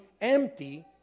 empty